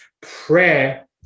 prayer